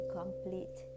complete